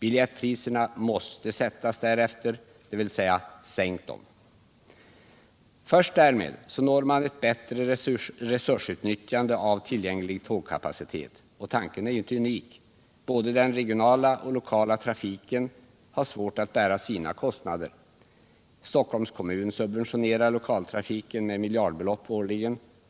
Biljettpriserna måste sättas därefter, dvs. sänk dem! Först därmed når man ett bättre resursutnyttjande av tillgänglig tågkapacitet. Tanken är inte unik. Både den regionala och den lokala trafiken har svårt att bära sina kostnader. Stockholms kommun subventionerar lokaltrafiken med miljardbelopp årligen.